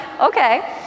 okay